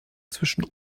zwischen